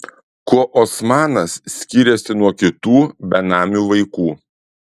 kuo osmanas skyrėsi nuo kitų benamių vaikų